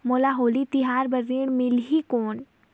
मोला होली तिहार बार ऋण मिलही कौन?